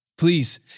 Please